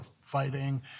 fighting